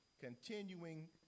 continuing